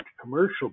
commercial